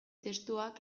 testuak